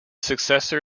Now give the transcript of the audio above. successor